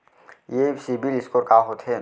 ये सिबील स्कोर का होथे?